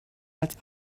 als